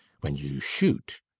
when you shoot,